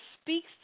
speaks